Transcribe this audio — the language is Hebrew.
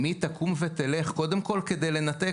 אם היא תקום ותלך קודם כל כדי לנתק,